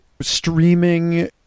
streaming